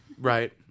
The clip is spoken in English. Right